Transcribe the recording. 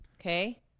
okay